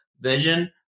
vision